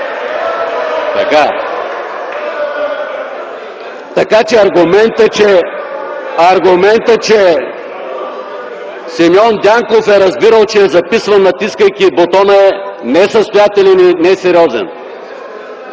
Така че аргументът, че Симеон Дянков е разбирал, че е записван, натискайки бутона, е несъстоятелен и несериозен.